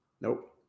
Nope